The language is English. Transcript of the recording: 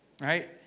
Right